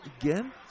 Again